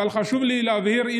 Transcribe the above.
אבל חשוב לי להבהיר,